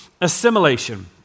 assimilation